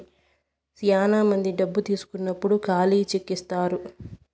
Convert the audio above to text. శ్యానా మంది డబ్బు తీసుకున్నప్పుడు ఖాళీ చెక్ ఇత్తారు